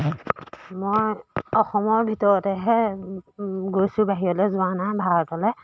মই অসমৰ ভিতৰতেহে গৈছোঁ বাহিৰলৈ যোৱা নাই ভাৰতলৈ